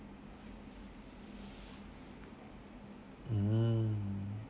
umm